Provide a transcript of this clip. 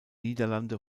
niederlande